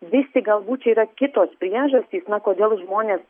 vis tik galbūt čia yra kitos priežastys kodėl žmonės